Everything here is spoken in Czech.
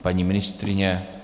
Paní ministryně?